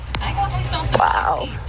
Wow